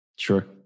Sure